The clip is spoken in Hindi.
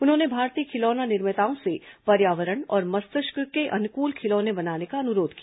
उन्होंने भारतीय खिलौना निर्माताओं से पर्यावरण और मस्तिष्क के अनुकूल खिलौने बनाने का अनुरोध किया